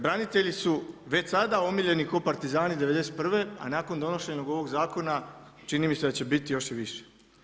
Branitelji su već sada omiljeni ko partizani '91. a nakon donošenja ovog zakona čini mi se da će biti još i više.